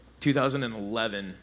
2011